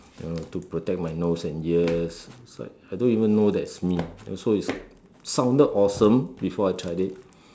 you know to protect my nose and ears it's like I don't even know that's me and so it sounded awesome before I tried it